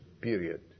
period